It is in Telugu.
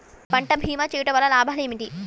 పంట భీమా చేయుటవల్ల లాభాలు ఏమిటి?